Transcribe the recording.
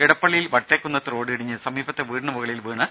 ഇടപ്പള്ളിയിൽ Vattekkunnath road ഇടിഞ്ഞ് സമീപത്തെ വീടിനുമുകളിൽ വീണു